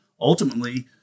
ultimately